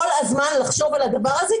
כל הזמן לחשוב על הדבר הזה,